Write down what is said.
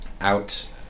out